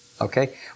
okay